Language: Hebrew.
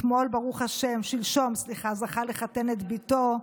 ששלשום זכה לחתן את בתו.